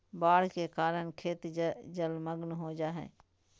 बाढ़ के कारण खेत जलमग्न हो जा हइ